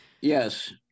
Yes